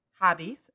hobbies